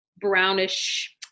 brownish